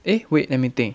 eh wait let me think